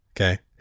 Okay